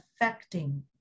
affecting